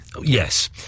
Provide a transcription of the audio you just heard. Yes